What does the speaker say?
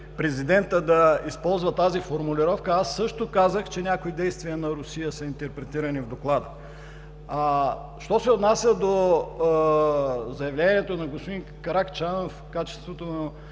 президентът да използва тази формулировка, аз също казах, че някои действия на Русия са интерпретирани в Доклада. Що се отнася до заявлението на господин Каракачанов в качеството му